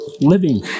living